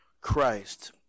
Christ